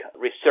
research